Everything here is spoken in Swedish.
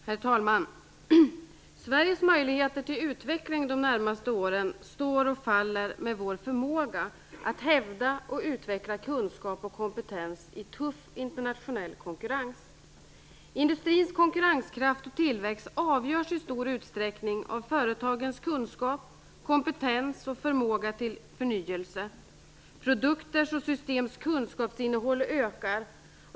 Herr talman! Sveriges möjligheter till utveckling de närmaste åren står och faller med vår förmåga att hävda och utveckla kunskap och kompetens i tuff internationell konkurrens. Industrins konkurrenskraft och tillväxt avgörs i stor utsträckning av företagens kunskap, kompetens och förmåga till förnyelse. Produkters och systems kunskapsinnehåll ökar.